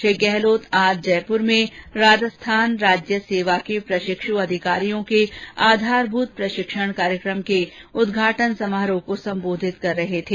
श्री गहलोत आज जयपुर में राजस्थान राज्य सेवा के प्रषिक्ष् अधिकारियों के आधारभूत प्रषिक्षण कार्यक्रम के उद्घाटन समारोह को संबोधित कर रहे थे